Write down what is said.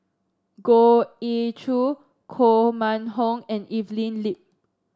Goh Ee Choo Koh Mun Hong and Evelyn Lip